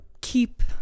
keep